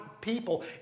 people